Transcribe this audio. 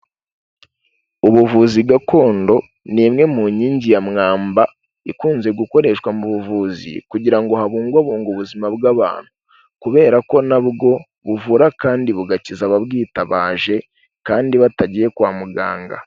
Ubuvuzi gakondo ni imwe mu nkingi ya mwamba ikunze gukoreshwa mu buvuzi kugira ngo habungwabungwe ubuzima bw'abantu, kubera ko na bwo buvura kandi bugakiza ababwitabaje kandi batagiye kwa muganga.